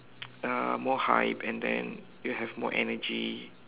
um more hype and then you have more energy